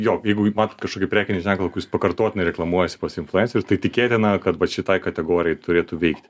jo jeigu matot kažkokį prekinį ženklą kuris pakartotinai reklamuojasi pas influencerius tai tikėtina kad va šitai kategorijai turėtų veikti